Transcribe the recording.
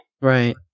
Right